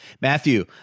Matthew